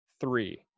Three